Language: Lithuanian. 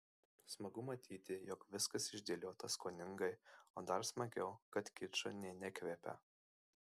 smagu matyti jog viskas išdėliota skoningai o dar smagiau kad kiču nė nekvepia